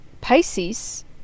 pisces